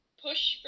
push